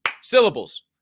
syllables